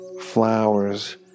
Flowers